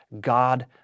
God